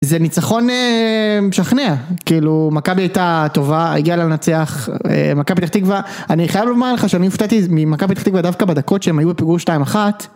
זה ניצחון משכנע, כאילו מכבי הייתה טובה, הגיעה לה לנצח, מכבי פתח תקווה, אני חייב לומר לך שאני הופתעתי ממכבי פתח תקווה דווקא בדקות שהם היו בפיגור 2-1.